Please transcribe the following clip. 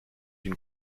une